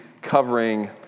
covering